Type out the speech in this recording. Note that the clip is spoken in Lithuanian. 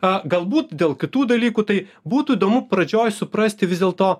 a galbūt dėl kitų dalykų tai būtų įdomu pradžioj suprasti vis dėlto